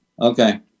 Okay